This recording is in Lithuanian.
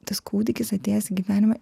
tas kūdikis atėjęs gyvenime